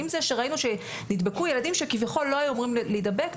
עם זה שראינו שנדבקו ילדים שכביכול לא היו אמורים להידבק,